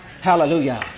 Hallelujah